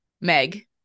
Meg